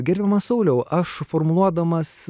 gerbiamas sauliau aš formuluodamas